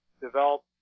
develop